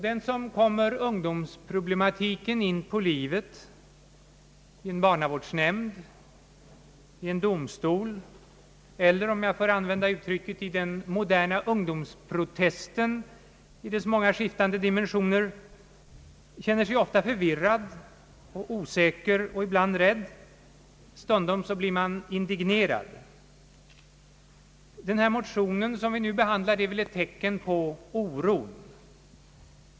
Den som kommer ungdomsproblematiken in på livet — i en barnavårdsnämnd, i en domstol eller, om jag får använda uttrycket, i den moderna ungdomsprotesten i dess många skiftande dimensioner — känner sig ofta förvirrad och osäker, ibland rädd och stundom indignerad. Den motion som vi nu behandlar är väl ett tecken på oron.